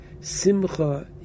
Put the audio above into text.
Simcha